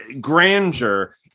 grandeur